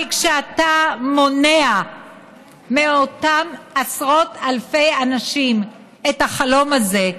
אבל כשאתה מונע מאותם עשרות אלפי אנשים את החלום הזה,